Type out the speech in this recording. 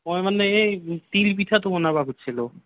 মই মানে এই তিল পিঠাটো বনাবা খুজ্ছিলো